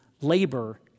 labor